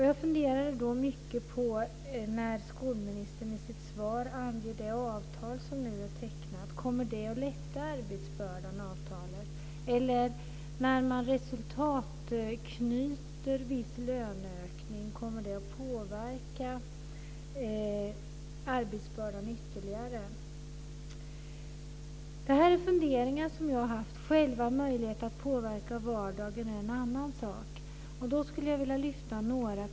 Jag funderar då mycket på när skolministern i sitt svar anger det avtal som nu är tecknat: Kommer det att lätta arbetsbördan? När man resultatknyter viss löneökning, kommer det att påverka arbetsbördan ytterligare? Det här är funderingar som jag har haft. Att själv ha möjlighet att påverka vardagen är en annan sak. organisationen framöver?